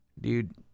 Dude